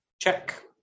Check